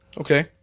Okay